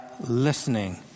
listening